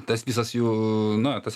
tas visas jų na tas